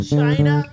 China